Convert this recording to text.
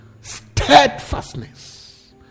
steadfastness